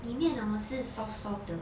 里面 hor 是 soft soft 的